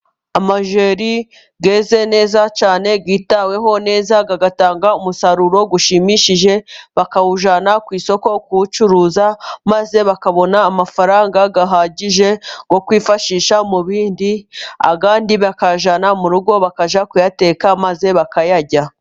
Amajeri yeze neza cyane, yitaweho neza, agatanga umusaruro ushimishije, bakawujyana ku isoko kuwucuruza, maze bakabona amafaranga ahagije yo kwifashisha mu bindi, ayandi bakayajyana mu rugo bakajya kuyateka maze bakayarya.